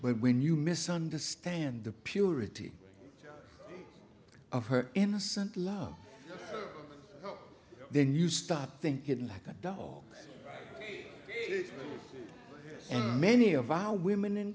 but when you misunderstand the purity of her innocent love then you start thinking like a dog and many of our women